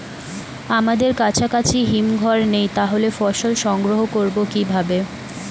আমাদের কাছাকাছি হিমঘর নেই তাহলে ফসল সংগ্রহ করবো কিভাবে?